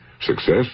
Success